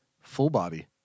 full-body